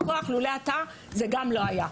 נבהיר את זה לפרוטוקול כדי שיהיה ברור.